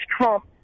Trump